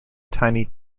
tiny